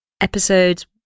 episodes